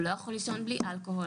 הוא לא יכול בלי אלכוהול,